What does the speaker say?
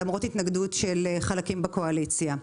למרות התנגדות של חלקים בקואליציה.